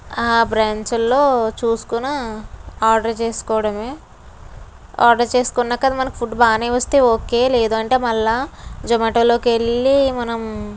ఆ బ్రాంచుల్లో చూసుకొని ఆర్డర్ చేసుకోవడమే ఆర్డర్ చేసుకున్నాక అది మనకు ఫుడ్ బాగానే వస్తే ఓకే లేదు అంటే మళ్ళా జొమాటోలోకి వెళ్ళి మనం